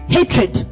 Hatred